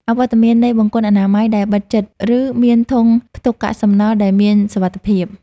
អវត្តមាននៃបង្គន់អនាម័យដែលបិទជិត ឬមានធុងផ្ទុកកាកសំណល់ដែលមានសុវត្ថិភាព